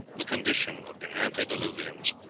the condition of the antediluvians.